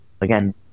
again